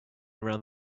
around